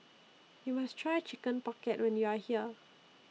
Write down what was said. YOU must Try Chicken Pocket when YOU Are here